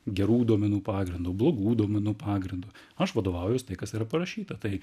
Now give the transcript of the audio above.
gerų duomenų pagrindu blogų duomenų pagrindu aš vadovaujuos tai kas yra parašyta tai